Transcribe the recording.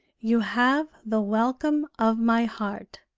you have the welcome of my heart.